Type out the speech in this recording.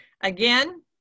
Again